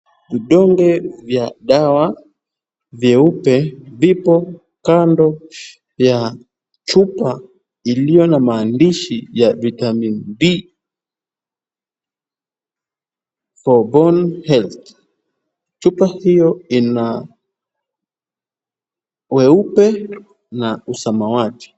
Vidonge vya dawa vyeupe vipo kando ya chupa iliyo na maandishi ya vitamin D for bone health .Chupa hiyo ina weupe na usamawati.